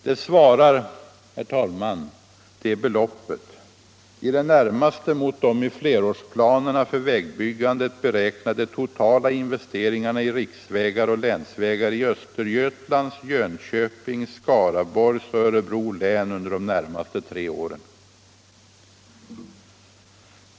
Det beloppet svarar, herr talman, i det närmaste mot de i flerårsplanerna för vägbyggandet beräknade totala investeringarna i riksvägar och länsvägar i Östergötlands, Jönköpings, Skaraborgs och Örebro län under de närmaste tre åren.